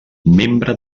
membre